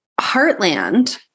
Heartland